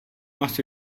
asi